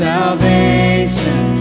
salvation